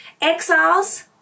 Exiles